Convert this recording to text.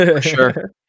sure